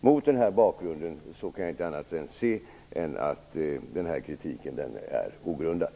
Mot denna bakgrund kan jag inte se annat än att denna kritik är ogrundad.